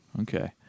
Okay